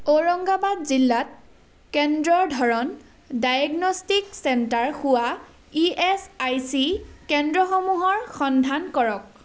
ঔৰংগাবাদ জিলাত কেন্দ্ৰৰ ধৰণ ডায়েগন'ষ্টিক চেণ্টাৰ হোৱা ই এছ আই চি কেন্দ্ৰসমূহৰ সন্ধান কৰক